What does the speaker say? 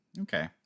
Okay